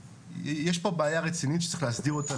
יש פה בעיה רצינית שצריך להסדיר אותה,